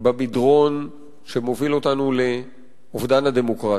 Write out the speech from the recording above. במדרון שמוביל אותנו לאובדן הדמוקרטיה.